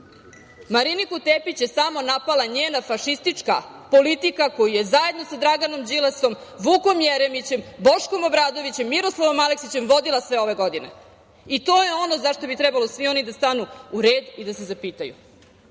Mariniku Tepić je samo napala njena fašistička politika, koju je zajedno sa Draganom Đilasom, Vukom Jeremićem, Boškom Obradovićem, Miroslavom Aleksićem, vodila sve ove godine. To je ono za šta bi trebalo svi oni da stanu u red i da se zapitaju,